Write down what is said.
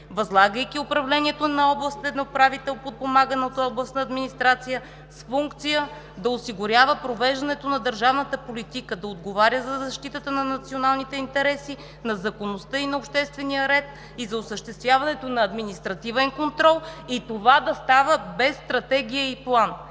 възлагайки управлението на областен управител, подпомаган от областна администрация, с функция да осигурява провеждането на държавната политика, да отговаря за защитата на националните интереси, на законността и на обществения ред и за осъществяването на административен контрол, и това да става без стратегия и план!